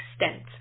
extent